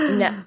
no